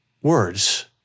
Words